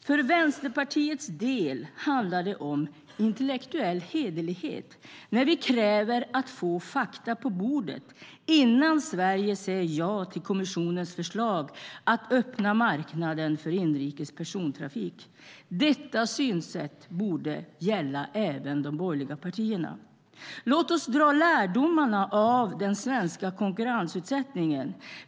För Vänsterpartiets del handlar det om intellektuell hederlighet när vi kräver att få fakta på bordet innan Sverige säger ja till kommissionens förslag att öppna marknaden för inrikes persontrafik. Detta synsätt borde gälla även de borgerliga partierna. Låt oss dra lärdomar av den svenska konkurrenssättningen.